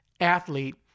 athlete